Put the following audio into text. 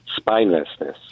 spinelessness